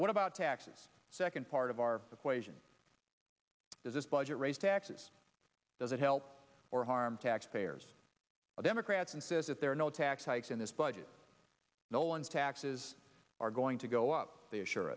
what about taxes second part of our equation is this budget raise taxes does it help or harm taxpayers or democrats and says that there are no tax hikes in this budget nolan's taxes are going to go up they assure